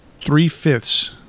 three-fifths